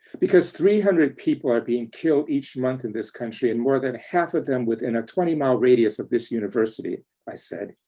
because three hundred people are being killed each month in this country and more than half of them within a twenty mile radius of this university, i said,